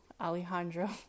Alejandro